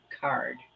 card